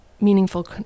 meaningful